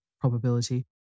probability